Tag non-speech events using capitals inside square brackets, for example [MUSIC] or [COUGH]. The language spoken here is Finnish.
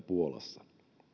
[UNINTELLIGIBLE] puolassa